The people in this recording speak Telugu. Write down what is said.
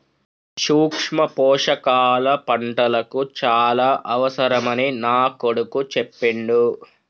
సూక్ష్మ పోషకాల పంటలకు చాల అవసరమని నా కొడుకు చెప్పిండు